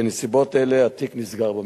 בנסיבות אלה התיק נסגר במשטרה.